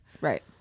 right